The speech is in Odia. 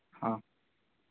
ହଁ